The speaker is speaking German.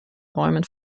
räumen